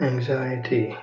Anxiety